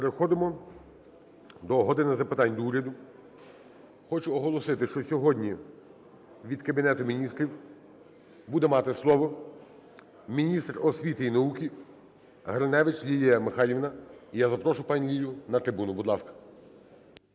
переходимо до "години запитань до Уряду". Хочу оголосити, що сьогодні від Кабінету Міністрів буде мати слово міністр освіти і науки Гриневич Лілія Михайлівна. Я запрошую пані Лілю на трибуну, будь ласка.